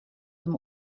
them